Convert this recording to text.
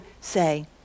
say